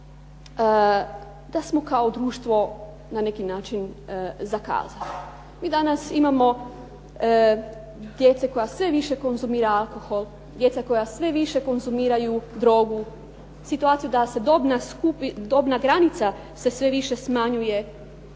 da smo kao društvo na neki način zakazali. Mi danas imamo djece koja sve više konzumira alkohol, djeca koja sve više konzumiraju drogu. Situaciju da se dobna granica se sve više smanjuje,